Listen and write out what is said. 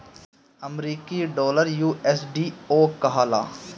अमरीकी डॉलर यू.एस.डी.ओ कहाला